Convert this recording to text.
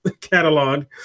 catalog